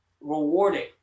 rewarding